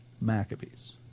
Maccabees